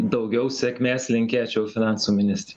daugiau sėkmės linkėčiau finansų ministrei